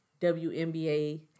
WNBA